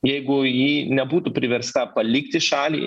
jeigu ji nebūtų priversta palikti šalį